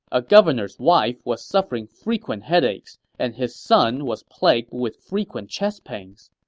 a governor's wife was suffering frequent headaches, and his son was plagued with frequent chest pains.